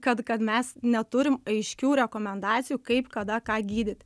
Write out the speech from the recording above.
kad kad mes neturim aiškių rekomendacijų kaip kada ką gydyt